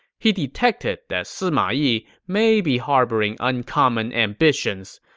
he detected that sima yi may be harboring uncommon ambitions.